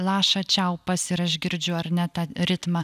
laša čiaupas ir aš girdžiu ar ne tą ritmą